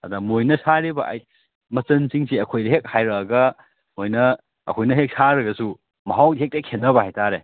ꯑꯗ ꯃꯣꯏꯅ ꯁꯥꯔꯤꯕ ꯃꯆꯟꯁꯤꯡꯁꯦ ꯑꯩꯈꯣꯏꯗ ꯍꯦꯛ ꯍꯥꯏꯔꯀꯑꯒ ꯃꯣꯏꯅ ꯑꯩꯈꯣꯏꯅ ꯍꯦꯛ ꯁꯥꯔꯒꯁꯨ ꯃꯍꯥꯎꯗꯤ ꯍꯦꯛꯇ ꯈꯦꯠꯅꯕ ꯍꯥꯏ ꯇꯥꯔꯦ